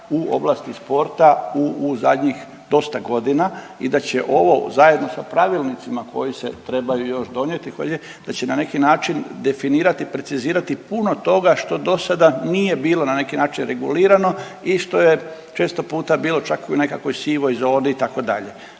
u oblasti sporta u zadnjih dosta godina i da će ovo u, zajedno sa pravilnicima koji se trebaju još donijeti, .../nerazumljivo/... da će na neki način definirati i precizirati puno toga što do sada nije bilo na neki način regulirano i što je često puta bilo čak u nekakvoj sivoj zoni, itd.